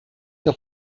que